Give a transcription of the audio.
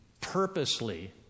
purposely